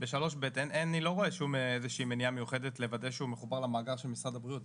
אני לא רואה שום מניעה מיוחדת לוודא שהוא מחובר למאגר של משרד הבריאות.